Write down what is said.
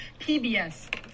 PBS